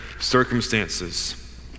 Circumstances